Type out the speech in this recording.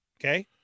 okay